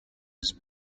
was